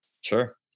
Sure